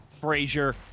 Frazier